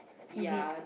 is it